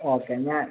okay ഞാൻ